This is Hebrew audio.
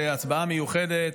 להצבעה מיוחדת,